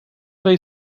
they